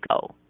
go